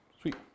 Sweet